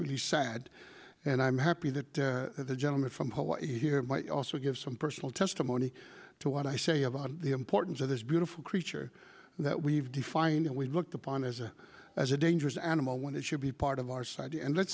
really sad and i'm happy that the gentleman from hawaii here might also give some personal testimony to what i say about the importance of this beautiful creature that we've defined and we looked upon as a as a dangerous animal when it should be part of our side and let's